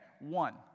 One